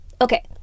okay